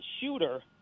shooter